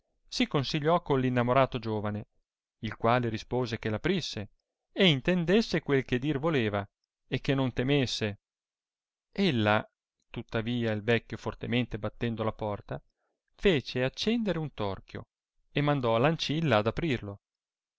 si consigliò con l innamorato giovane il quale rispose che l aprisse e intendesse quel che dir voleva e che non temesse ella tuttavia il vecchio fortemente battendo la porta fece accendere un torchio e mandò l'ancella ad aprirlo